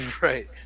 Right